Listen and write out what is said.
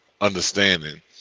understanding